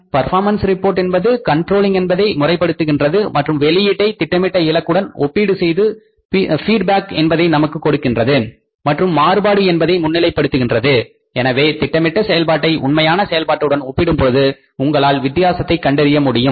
performance report என்பது controlling என்பதை முறைபடுத்துகின்றது மற்றும் வெளியீட்டை திட்டமிட்ட இலக்குடன் ஒப்பீடு செய்து ஃபீட்பேக் என்பதை நமக்குக் கொடுக்கின்றது மற்றும் மாறுபாடு என்பதை முன்னிலைப்படுத்துகின்றது எனவே திட்டமிட்ட செயல் பாட்டை உண்மையான செயல்பாட்டுடன் ஒப்பிடும்பொழுது உங்களால் வித்தியாசத்தை கண்டறிய முடியும்